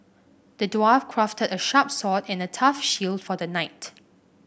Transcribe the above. the dwarf crafted a sharp sword and a tough shield for the knight